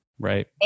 Right